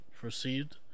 perceived